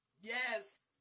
Yes